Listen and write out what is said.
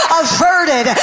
averted